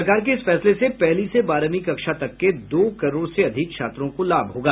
सरकार के इस फैसले से पहली से बारहवीं कक्षा तक के दो करोड़ से अधिक छात्रों को लाभ होगा